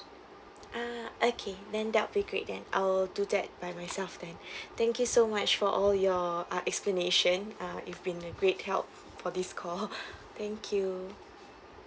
ah okay then that would be great then I will do that by myself then thank you so much for all your ah explanation uh you've been a great help for this call thank you